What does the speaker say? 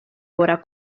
ora